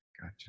gotcha